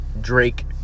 Drake